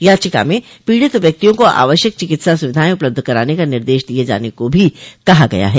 याचिका में पीडित व्यक्तियों को आवश्यक चिकित्सा सुविधाएं उपलब्ध कराने का निर्देश दिये जान को भी कहा गया है